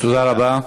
תודה רבה.